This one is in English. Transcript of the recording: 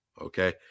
okay